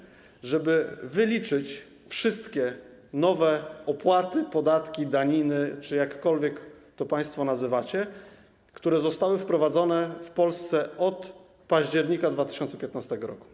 Chodzi o to, żeby wyliczyć wszystkie nowe opłaty, podatki, daniny czy jakkolwiek to państwo nazywacie, które zostały wprowadzone w Polsce od października 2015 r.